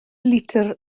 litr